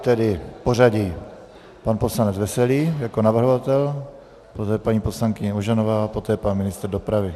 Tedy pořadí pan poslanec Veselý jako navrhovatel, poté paní poslankyně Ožanová, poté pan ministr dopravy.